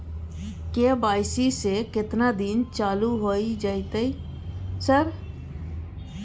KYC केतना दिन चालू होय जेतै है सर?